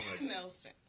Nelson